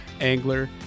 angler